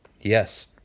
Yes